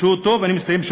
אני מסיים.